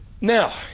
Now